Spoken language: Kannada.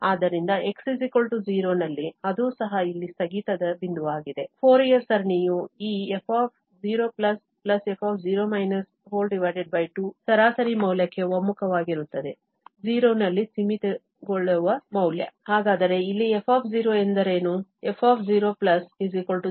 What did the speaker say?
ಆದ್ದರಿಂದ x 0 ನಲ್ಲಿ ಅದೂ ಸಹ ಇಲ್ಲಿ ಸ್ಥಗಿತದ ಬಿಂದುವಾಗಿದೆ ಫೋರಿಯರ್ ಸರಣಿಯು ಈ f0f2 ಸರಾಸರಿ ಮೌಲ್ಯಕ್ಕೆ ಒಮ್ಮುಖವಾಗುತ್ತದೆ 0 ನಲ್ಲಿ ಸೀಮಿತಗೊಳಿಸುವ ಮೌಲ್ಯ ಹಾಗಾದರೆ ಇಲ್ಲಿ f ಎಂದರೇನು